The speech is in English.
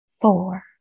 four